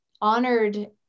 honored